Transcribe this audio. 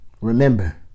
Remember